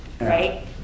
right